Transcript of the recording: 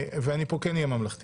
ואני פה כן אהיה ממלכתי,